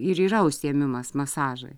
ir yra užsiėmimas masažai